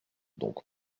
donc